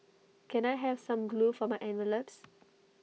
can I have some glue for my envelopes